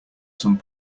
some